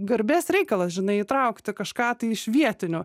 garbės reikalas žinai įtraukti kažką tai iš vietinių